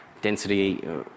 density